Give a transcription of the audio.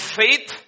faith